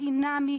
הייחודי החינמי,